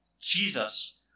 Jesus